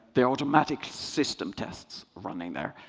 the automatic system tests are running there.